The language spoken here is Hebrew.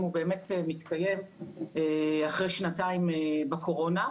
הוא באמת מתקיים אחרי שנתיים בקורונה.